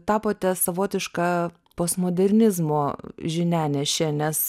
tapote savotiška postmodernizmo žinianeše nes